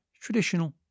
traditional